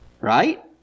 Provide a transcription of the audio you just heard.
right